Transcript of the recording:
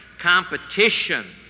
competition